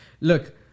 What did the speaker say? Look